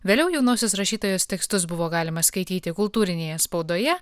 vėliau jaunosios rašytojos tekstus buvo galima skaityti kultūrinėje spaudoje